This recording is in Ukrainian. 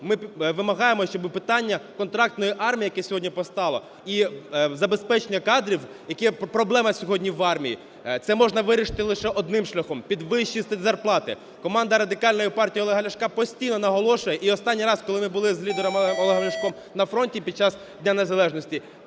Ми вимагаємо, щоби питання контрактної армії, яке сьогодні постало, і забезпечення кадрів, які… проблема сьогодні в армії, це можна вирішити лише одним шляхом – підвищенням зарплати. Команда Радикальної партії Олега Ляшка постійно наголошує, і останній раз, коли ми були з лідером Олегом Ляшком на фронті під час Дня незалежності,